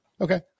Okay